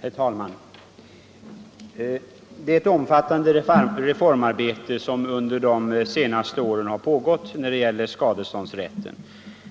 Herr talman! Det är ett omfattande reformarbete som under de senaste åren har pågått när det gäller skadeståndsrätten.